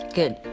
Good